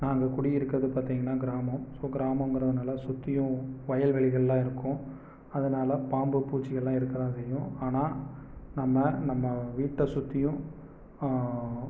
நாங்கள் குடி இருக்கிறது பார்த்தீங்கன்னா கிராமம் ஸோ கிராமங்கிறதுனால் சுற்றியும் வயல்வெளிகளெல்லாம் இருக்கும் அதனால பாம்பு பூச்சிகளெல்லாம் இருக்க தான் செய்யும் ஆனால் நம்ம நம்ம வீட்டை சுற்றியும்